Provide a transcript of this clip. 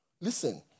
Listen